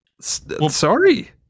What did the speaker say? sorry